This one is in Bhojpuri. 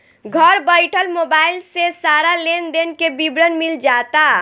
घर बइठल मोबाइल से सारा लेन देन के विवरण मिल जाता